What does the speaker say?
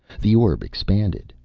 the orb expanded,